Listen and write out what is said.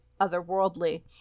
otherworldly